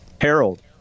Harold